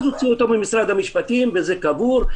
הוציאו אותם ממשרד המשפטים וזה קבור.